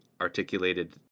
articulated